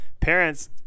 parents